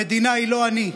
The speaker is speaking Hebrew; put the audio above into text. המדינה היא לא אני,